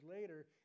later